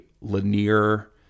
linear